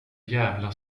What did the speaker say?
jävla